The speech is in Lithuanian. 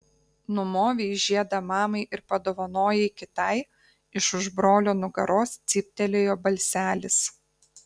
numovei žiedą mamai ir padovanojai kitai iš už brolio nugaros cyptelėjo balselis